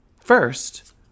first